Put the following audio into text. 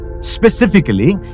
Specifically